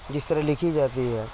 جس طرح لکھی جاتی ہے